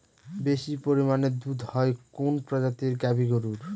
বেশি পরিমানে দুধ হয় কোন প্রজাতির গাভি গরুর?